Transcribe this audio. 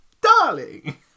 darling